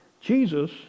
Jesus